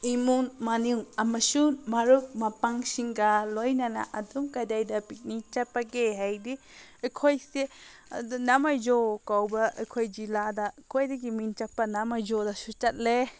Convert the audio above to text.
ꯏꯃꯨꯡ ꯃꯅꯨꯡ ꯑꯃꯁꯨꯡ ꯃꯔꯨꯞ ꯃꯄꯥꯡꯁꯤꯡꯒ ꯂꯣꯏꯅꯅ ꯑꯗꯨꯝ ꯀꯗꯥꯏꯗ ꯄꯤꯛꯅꯤꯛ ꯆꯠꯄꯒꯦ ꯍꯥꯏꯔꯗꯤ ꯑꯩꯈꯣꯏꯁꯦ ꯑꯗꯣ ꯅꯥꯃꯩꯖꯣ ꯀꯧꯕ ꯑꯩꯈꯣꯏ ꯖꯤꯂꯥꯗ ꯈ꯭ꯋꯥꯏꯗꯒꯤ ꯃꯃꯤꯡ ꯆꯠꯄ ꯅꯥꯃꯩꯖꯣꯗꯁꯨ ꯆꯠꯂꯦ